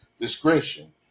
discretion